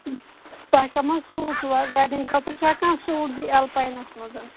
تۄہہِ کَم حظ سوٗٹ چھُو آز وٮ۪ڈِنٛگ خٲطرٕ چھا کانٛہہ سوٗٹ بیٚیہِ اَلپاینَس منٛز